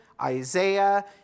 Isaiah